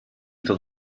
for